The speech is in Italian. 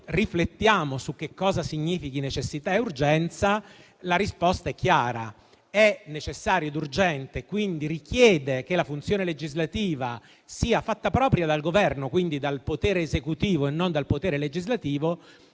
riflettiamo su che cosa significhino necessità e urgenza, la risposta è chiara. È necessario ed urgente e, quindi, richiede che la funzione legislativa sia fatta propria dal Governo, dal potere esecutivo e non dal potere legislativo,